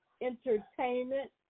entertainment